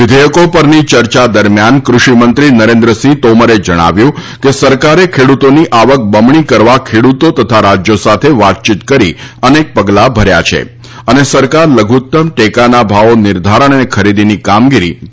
વિધેયકો પરની ચર્ચા દરમિયાન ક઼ષિ મંત્રી નરેન્દ્રસિંહ તોમરે જણાવ્યું કે સરકારે ખેડુતોની આવક બમણી કરવા ખેડુતો તથા રાજયો સાથે વાતચીત કરી અનેક પગલા ઉઠાવ્યા છે અને સરકાર લધુત્તમ ટેકાના ભાવો નિર્ધારણ અને ખરીદીની કામગીરી યાલુ રાખશે